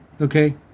okay